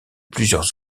plusieurs